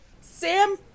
Sam